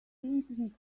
thinking